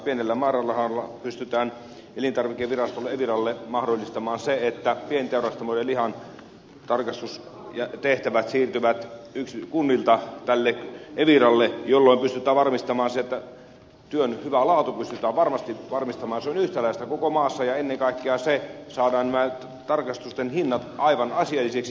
pienellä määrärahalla pystytään elintarviketurvallisuusvirastolle eviralle mahdollistamaan se että pienteurastamojen lihantarkastustehtävät siirtyvät kunnilta eviralle jolloin työn hyvä laatu pystytään varmasti varmistamaan se on yhtäläistä koko maassa ja ennen kaikkea saadaan nämä tarkastusten hinnat aivan asiallisiksi